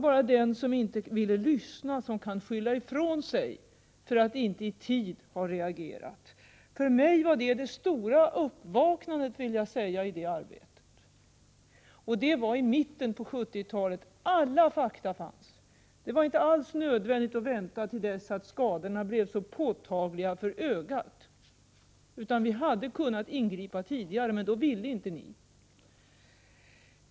Bara den som inte ville lyssna kan skylla ifrån sig för att vi inte i tid har reagerat. För mig var det det stora uppvaknandet. Det var i mitten på 1970-talet. Alla fakta fanns. Det var inte nödvändigt att vänta tills skadorna blev så påtagliga för ögat. Vi hade kunnat ingripa tidigare, men då ville inte ni.